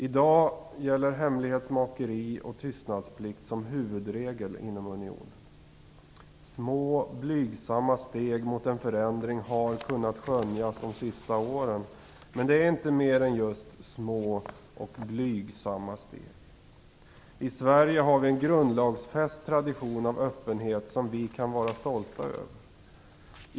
I dag gäller hemlighetsmakeri och tystnadsplikt som huvudregel inom unionen. Små, blygsamma steg mot en förändring har kunnat skönjas de senaste åren, men det är inte mer än just små och blygsamma steg. I Sverige har vi en grundlagsfäst tradition av öppenhet som vi kan vara stolta över.